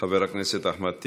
חבר הכנסת אחמד טיבי.